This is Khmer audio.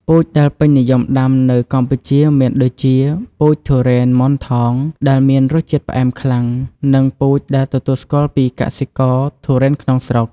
ពូជដែលពេញនិយមដាំនៅកម្ពុជាមានដូចជា ពូជទុរេនម៉ូនថង ដែលមានរសជាតិផ្អែមខ្លាំង និងពូជដែលទទួលស្គាល់ពីកសិករទុរេនក្នុងស្រុក។